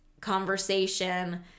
conversation